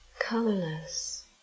colorless